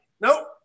Nope